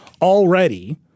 already